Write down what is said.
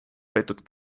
peetud